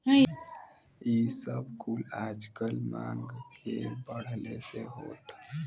इ सब कुल आजकल मांग के बढ़ले से होत हौ